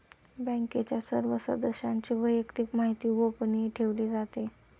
बँकेच्या सर्व सदस्यांची वैयक्तिक माहिती गोपनीय ठेवली जाते